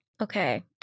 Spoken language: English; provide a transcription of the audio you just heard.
Okay